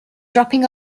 dropping